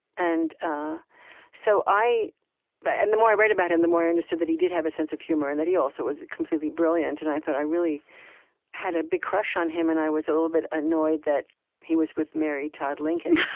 and ah so but and the more i read about him, the more i understood that he did have a sense of humor and that he also was completely brilliant. and i thought, i really had a big crush on him, and i was a little bit annoyed that he was with mary todd lincoln.